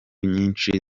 nyinshi